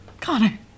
Connor